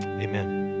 Amen